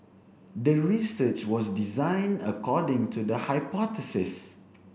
the research was designed according to the hypothesis